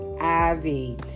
Ivy